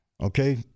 okay